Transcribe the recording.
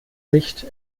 sicht